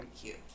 cute